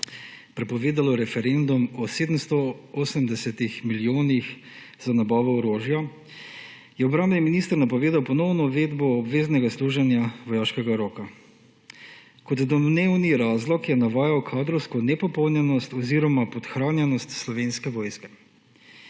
prepovedalo referendum o 780 milijonih za nabavo orožja, je obrambni minister napovedal ponovno uvedbo obveznega služenja vojaškega roka. Kot domnevni razlog je navajal kadrovsko nepopolnjenost oziroma podhranjenost Slovenske vojske.